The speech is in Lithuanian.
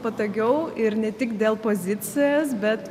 patogiau ir ne tik dėl pozicijos bet